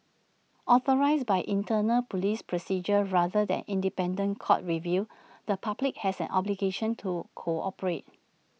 authorised by internal Police procedures rather than independent court review the public has an obligation to cooperate